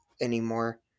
anymore